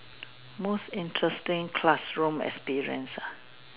most interesting classroom experience ah